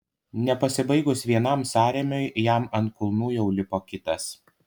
nepasibaigus vienam sąrėmiui jam ant kulnų jau lipo kitas